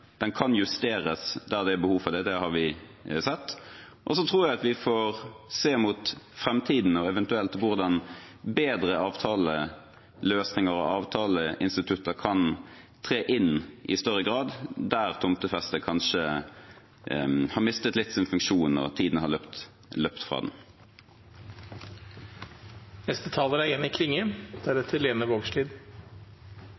er behov for det; det har vi sett. Så tror jeg vi får se mot framtiden og eventuelt hvordan bedre avtaleløsninger og avtaleinstitutter kan tre inn i større grad der tomtefeste kanskje har mistet litt av sin funksjon og tiden har løpt fra det. Eg tillèt meg å skryte av eit usedvanleg godt innlegg frå førre talar. Det er